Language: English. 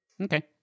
Okay